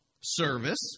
service